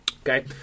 Okay